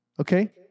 Okay